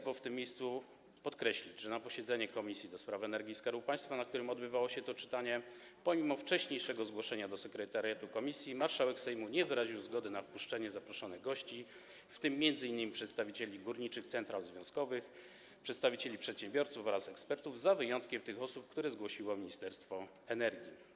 Należy w tym miejscu podkreślić, że podczas posiedzenia Komisji do Spraw Energii i Skarbu Państwa, na którym odbywało się to czytanie - pomimo wcześniejszego zgłoszenia do sekretariatu komisji - marszałek Sejmu nie wyraził zgody na wpuszczenie zaproszonych gości, w tym m.in. przedstawicieli górniczych central związkowych, przedstawicieli przedsiębiorców oraz ekspertów, z wyjątkiem tych osób, które zgłosiło Ministerstwo Energii.